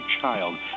child